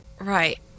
Right